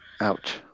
Ouch